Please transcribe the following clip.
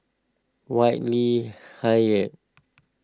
Whitley